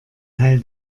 teil